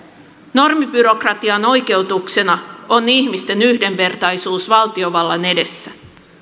normibyrokratian oikeutuksena on ihmisten yhdenvertaisuus valtiovallan edessä